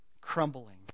crumbling